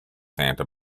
santa